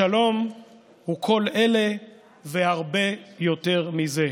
השלום הוא כל אלה והרבה יותר מזה".